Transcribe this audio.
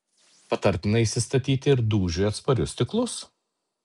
patartina įsistatyti ir dūžiui atsparius stiklus